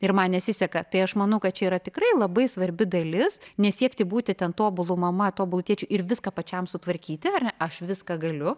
ir man nesiseka tai aš manau kad čia yra tikrai labai svarbi dalis nesiekti būti ten tobulu mama tobulu tėčiu ir viską pačiam sutvarkyti ar ne aš viską galiu